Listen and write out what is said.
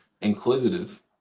inquisitive